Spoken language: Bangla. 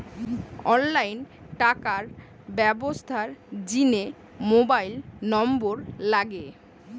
অনলাইন টাকার ব্যবস্থার জিনে মোবাইল নম্বর লাগে